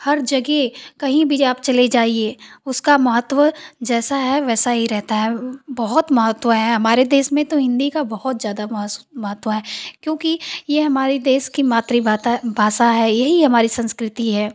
हर जगह कहीं भी जो आप चलें जाइए उसका महत्व जैसा है वैसा ही रहता है बहुत महत्व है हमारे देश में तो हिन्दी का बहुत ज़्यादा म्हस्व महत्व है क्योंकि यह हमारी देश कि मातृभाषा है भाषा है यही हमारी संस्कृति है